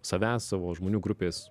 savęs savo žmonių grupės